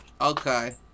okay